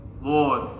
lord